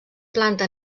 planta